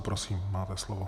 Prosím, máte slovo.